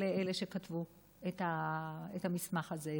לאלה שכתבו את המסמך הזה,